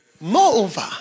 moreover